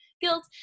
guilt